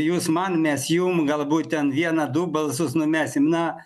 jūs man mes jum galbūt ten vieną du balsus numesim na